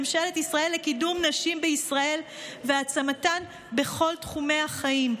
ממשלת ישראל בקידום נשים בישראל והעצמתן בכל תחומי החיים,